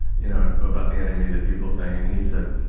you know, about the enemy of the people thing and he said,